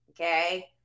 okay